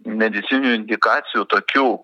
medicininių indikacijų tokių